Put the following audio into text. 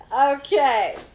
Okay